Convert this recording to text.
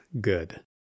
good